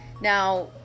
Now